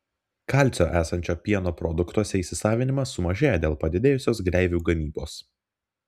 kalcio esančio pieno produktuose įsisavinimas sumažėja dėl padidėjusios gleivių gamybos